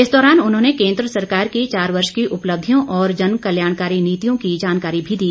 इस दौरान उन्होंने केन्द्र सरकार की चार वर्ष की उपलब्धियों और जनकल्याणकारी नीतियों की जानकारी भी दी